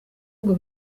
ngo